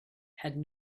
had